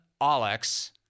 Alex